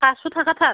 फासस' थाखाथार